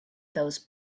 those